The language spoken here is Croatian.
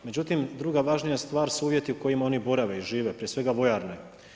Međutim, druga važnija stvar su uvjeti u kojima oni borave i žive, prije svega vojarne.